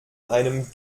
einem